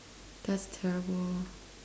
that's terrible